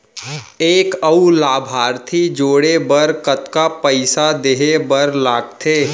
एक अऊ लाभार्थी जोड़े बर कतका पइसा देहे बर लागथे?